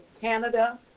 Canada